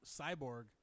cyborg